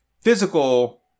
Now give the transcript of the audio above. physical